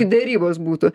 derybos būtų